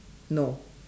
no